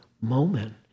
moment